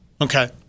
okay